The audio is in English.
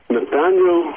Nathaniel